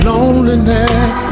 Loneliness